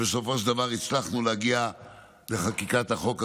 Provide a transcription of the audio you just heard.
ובסופו של דבר הצלחנו להגיע לחקיקת החוק הזה,